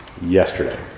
yesterday